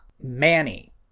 Manny